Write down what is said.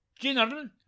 general